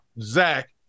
Zach